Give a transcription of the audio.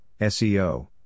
SEO